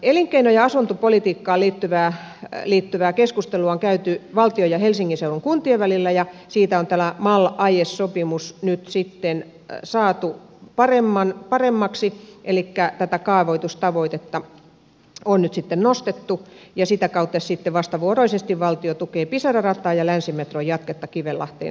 elinkeino ja asuntopolitiikkaan liittyvää keskustelua on käyty valtion ja helsingin seudun kuntien välillä ja siitä on tämä mal aiesopimus nyt sitten saatu paremmaksi elikkä tätä kaavoitustavoitetta on nyt sitten nostettu ja sitä kautta sitten vastavuoroisesti valtio tukee pisara rataa ja länsimetron jatketta kivenlahteen saakka